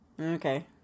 Okay